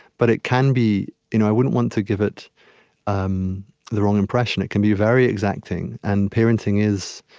but it can be you know i wouldn't want to give it um the wrong impression. it can be very exacting. and parenting is,